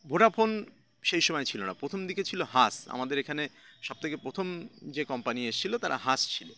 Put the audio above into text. Vodafone সেই সময় ছিলো না প্রথম দিকে ছিলো হাচ আমাদের এখানে সবথেকে প্রথম যে কম্পানি এসেছিলো তারা হাচ ছিলো